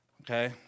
Okay